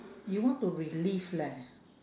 you want to relive leh